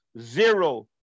zero